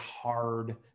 hard